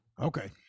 Okay